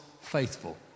faithful